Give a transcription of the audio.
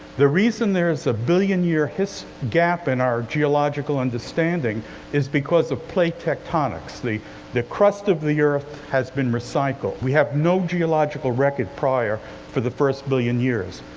the reason there is a billion-year gap in our geological understanding is because of plate tectonics, the the crust of the earth has been recycled. we have no geological record prior for the first billion years.